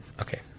Okay